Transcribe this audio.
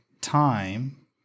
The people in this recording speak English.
time